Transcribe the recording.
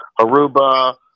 Aruba